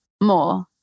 more